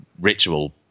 ritual